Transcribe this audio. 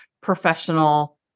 professional